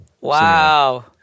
Wow